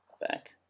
back